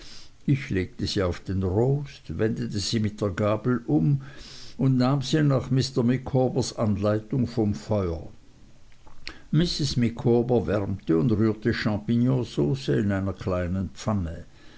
ich legte sie auf den rost wendete sie mit der gabel um und nahm sie nach mr micawbers anleitung vom feuer mrs micawber wärmte und rührte champignonsauce in einer kleinen pfanne